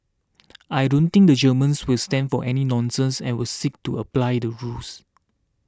I don't think the Germans will stand for any nonsense and will seek to apply the rules